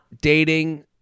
dating